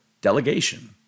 delegation